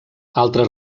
altres